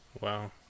wow